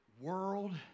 world